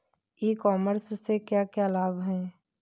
ई commerce से क्या क्या लाभ हैं?